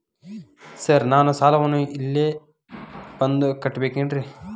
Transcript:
Sir ನಾನು ಸಾಲವನ್ನು ಇಲ್ಲೇ ಬಂದು ಕಟ್ಟಬೇಕೇನ್ರಿ?